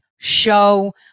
show